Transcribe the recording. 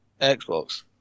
Xbox